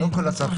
לא כל הצרכנים,